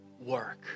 work